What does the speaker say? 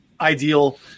ideal